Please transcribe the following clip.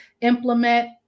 implement